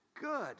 good